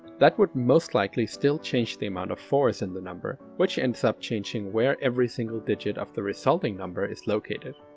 that would most likely still change the amount of four s in the number, which ends up changing where every single digit of the resulting number is located.